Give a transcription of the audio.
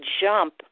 jump